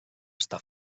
està